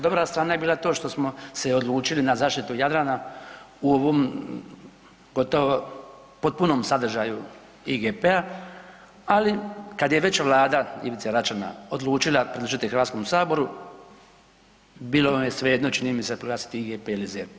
Dobra strana je bila to što smo se odlučili na zaštitu Jadrana u ovom gotovo potpunom sadržaju IGP-a, ali kada je već vlada Ivice Račana odlučila pridržati Hrvatskom saboru, bilo vam je svejedno, čini mi se, proglasiti IGP ili ZERP.